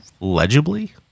legibly